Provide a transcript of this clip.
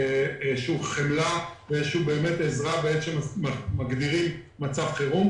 איזושהי חמלה ועזרה בעת שאנחנו מגדירים כמצב חירום.